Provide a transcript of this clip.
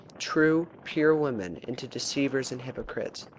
true, pure women into deceivers and hypocrites.